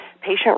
patient